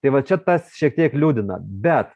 tai va čia tas šiek tiek liūdina bet